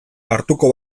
hartuko